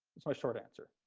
is my short answer.